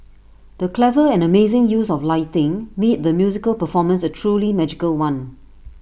the clever and amazing use of lighting made the musical performance A truly magical one